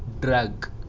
drug